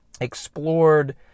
explored